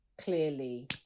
clearly